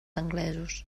anglesos